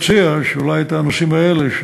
אציע שאולי את הנושאים האלה,